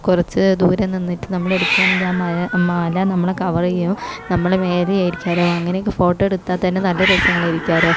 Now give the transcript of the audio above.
കുറച്ച് ദൂരെ നിന്നിട്ട് നമ്മൾ എടുക്കുകയാണെങ്കിൽ ആ മര ആ മല നമ്മളെ കവർ ചെയ്യും നമ്മുടെ മേലെയായിരിക്കും അങ്ങനെയൊക്കെ ഫോട്ടോ എടുത്താൽ തന്നെ നല്ല രസങ്ങളായിരിക്കാമല്ലോ